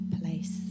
place